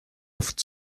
oft